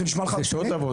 זה נשמע לך הגיוני?